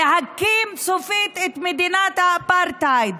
להקים סופית את מדינת האפרטהייד.